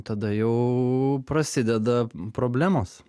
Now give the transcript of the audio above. tada jau prasideda problemos